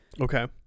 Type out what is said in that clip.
Okay